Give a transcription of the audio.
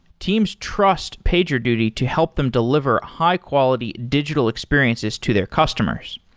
teams trust pagerduty to help them deliver high-quality digital experiences to their customers.